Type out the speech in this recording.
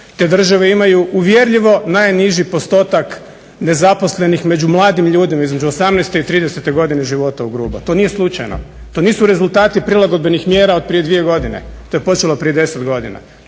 te države imaju uvjerljivo najniži postotak nezaposlenih među mladim ljudima između 18. i 30.godine života u grubo. To nije slučajno, to nisu rezultati prilagodbenih mjera od prije dvije godine, to je počelo prije deset godina.